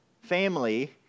family